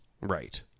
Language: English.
Right